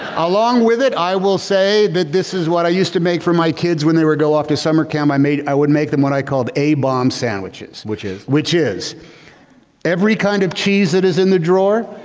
along with it, i will say that this is what i used to make for my kids when they were go off to summer camp. i made i would make them what i called a bomb sandwiches. which is which is every kind of cheese that is in the drawer,